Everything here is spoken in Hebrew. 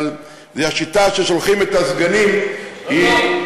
אבל השיטה ששולחים את הסגנים היא,